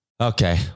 okay